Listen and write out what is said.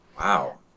Wow